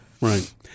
right